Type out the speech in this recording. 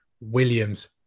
Williams